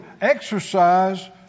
exercise